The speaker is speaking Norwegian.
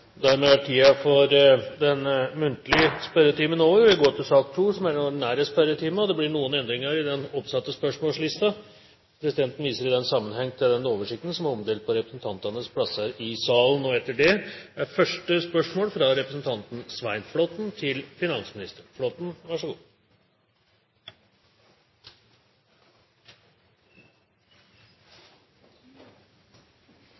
Dermed er den muntlige spørretimen omme, og vi går over til den ordinære spørretimen. Det blir noen endringer i den oppsatte spørsmålslisten, og presidenten viser i den sammenheng til den oversikten som er omdelt på representantenes plasser. De foreslåtte endringene i den ordinære spørretimen foreslås godkjent. – Det anses vedtatt. Endringene var som følger: Spørsmålene 3 og 4, fra